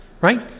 right